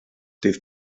dydd